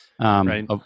Right